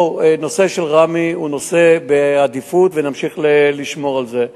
הנושא של ראמה הוא נושא בעדיפות ונמשיך לשמור על זה,